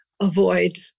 avoid